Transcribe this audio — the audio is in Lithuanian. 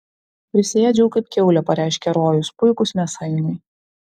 prisiėdžiau kaip kiaulė pareiškė rojus puikūs mėsainiai